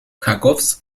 jacobs